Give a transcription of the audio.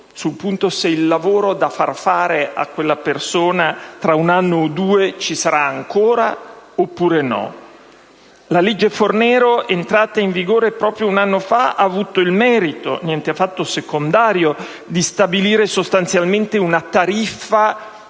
sul punto se il lavoro da far fare a quella persona tra un anno o due ci sarà ancora oppure no. La legge Fornero, entrata in vigore proprio un anno fa, ha avuto il merito, niente affatto secondario, di stabilire sostanzialmente una «tariffa»